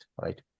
right